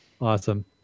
awesome